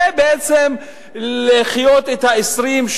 זה בעצם לחיות את 20,